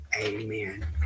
Amen